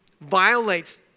violates